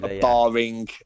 barring